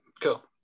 cool